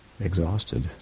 exhausted